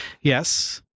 yes